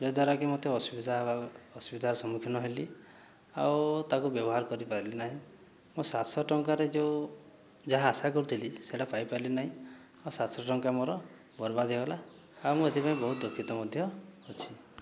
ଯଦ୍ଵାରାକି ମୋତେ ଅସୁବିଧା ହେବା ଅସୁବିଧାର ସମ୍ମୁଖୀନ ହେଲି ଆଉ ତାକୁ ବ୍ୟବହାର କରିପାରିଲି ନାହିଁ ମୋ ସାତ ଶହ ଟଙ୍କାରେ ଯେଉଁ ଯାହା ଆଶା କରିଥିଲି ସେଟା ପାଇପାରିଲି ନାହିଁ ଆଉ ସାତ ଶହ ଟଙ୍କା ମୋର ବରବାଦ ହେଇଗଲା ଆଉ ମୁଁ ଏଥିପାଇଁ ବହୁତ ଦୁଃଖିତ ମଧ୍ୟ ଅଛି